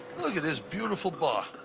look at this beautiful bar.